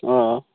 অঁ